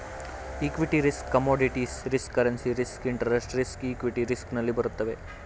equity risk commodities risk currency risk interest risk equity risk ನಲ್ಲಿ ಬರುತ್ತವೆ